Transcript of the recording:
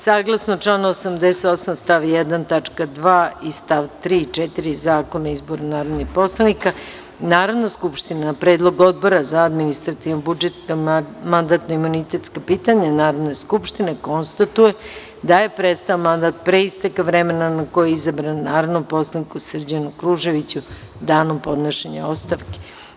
Saglasnu članu 88. stav 1. tačka 2. i stav 3. i 4. Zakona o izboru narodnih poslanika, Narodna skupština na predlog Odbora za administrativno-budžetska i mandatno-imunitetska pitanja Narodne skupštine konstatuje da je prestao mandat pre isteka vremena na koje je izabran narodni poslanik Srđan Kružević danom podnošenja ostavke.